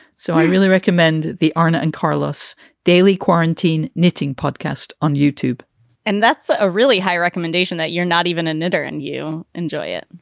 so i really recommend the ana and karlis daily quarantine knitting podcast on youtube and that's a really high recommendation that you're not even a knitter and you enjoy it.